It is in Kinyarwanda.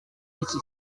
iki